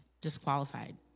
disqualified